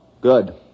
Good